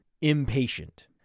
impatient